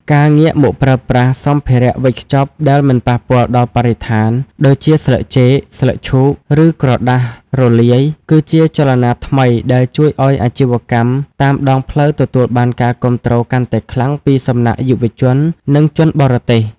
ការងាកមកប្រើប្រាស់សម្ភារៈវេចខ្ចប់ដែលមិនប៉ះពាល់ដល់បរិស្ថាន ដូចជាស្លឹកចេក ស្លឹកឈូក ឬក្រដាសរលាយ គឺជាចលនាថ្មីដែលជួយឱ្យអាជីវកម្មតាមដងផ្លូវទទួលបានការគាំទ្រកាន់តែខ្លាំងពីសំណាក់យុវជន និងជនបរទេស។